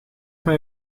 mijn